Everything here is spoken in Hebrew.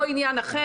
או לעניין אחר.